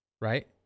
right